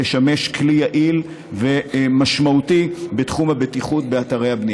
תשמש כלי יעיל ומשמעותי בתחום הבטיחות באתרי הבנייה.